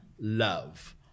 love